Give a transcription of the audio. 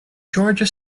georgia